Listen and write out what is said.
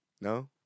No